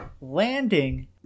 landing